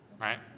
right